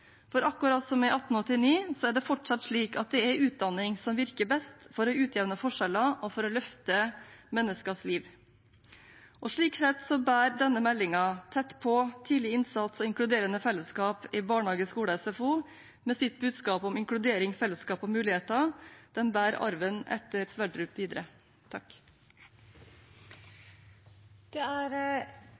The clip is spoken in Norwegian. for akkurat som i 1889 er det fortsatt slik at det er utdanning som virker best for å utjevne forskjeller og for å løfte menneskers liv. Slik sett bærer denne meldingen, Tett på – tidlig innsats og inkluderende fellesskap i barnehage, skole og SFO, med sitt budskap om inkludering, fellesskap og muligheter, arven etter Sverdrup videre.